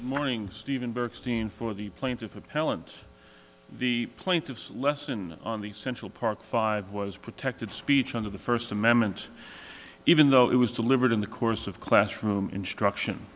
morning stephen burke steen for the plaintiff appellant the plaintiff's lesson on the central park five was protected speech under the first amendment even though it was delivered in the course of classroom instruction